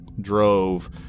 Drove